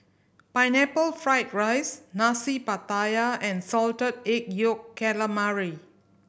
Pineapple Fried rice Nasi Pattaya and Salted Egg Yolk Calamari